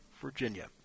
Virginia